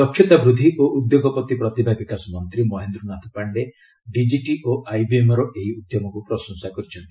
ଦକ୍ଷତା ବୃଦ୍ଧି ଓ ଉଦ୍ୟୋଗପତି ପ୍ରତିଭା ବିକାଶ ମନ୍ତ୍ରୀ ମହେନ୍ଦ୍ର ନାଥ ପାଣ୍ଡେ ଡିକିଟି ଓ ଆଇବିଏମ୍ର ଏହି ଉଦ୍ୟମକୁ ପ୍ରଶଂସା କରିଛନ୍ତି